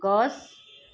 গছ